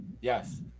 Yes